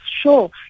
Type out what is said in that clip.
sure